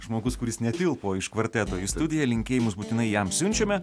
žmogus kuris netilpo iš kvarteto į studiją linkėjimus būtinai jam siunčiame